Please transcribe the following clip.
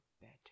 better